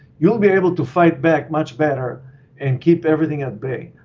you'll be able to fight back much better and keep everything at bay.